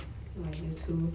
no idea too